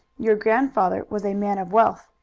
your grandfather was a man of wealth,